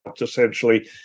essentially